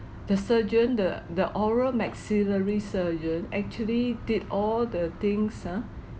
the surgeon the the oral maxillary surgeon actually did all the things ya